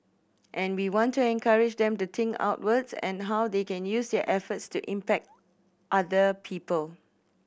and we want to encourage them to think outwards and how they can use their efforts to impact other people